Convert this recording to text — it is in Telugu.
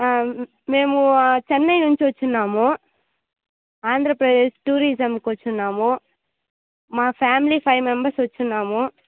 మేము చెన్నై నుంచి వచ్చి ఉన్నాము ఆంధ్రప్రదేశ్ టూరిజంకి వచ్చి ఉన్నాము మా ఫ్యామిలీ ఫైవ్ మెంబర్స్ వచ్చి ఉన్నాము